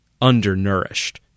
undernourished